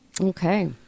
Okay